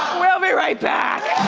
we'll be right back.